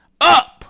Up